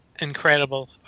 incredible